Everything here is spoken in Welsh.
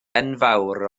enfawr